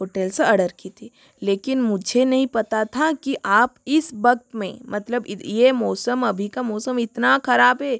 hotel से order की थी लेकिन मुझे नहीं पता था कि आप इस वक़्त में मतलब ये मौसम अभी का मौसम इतना ख़राब है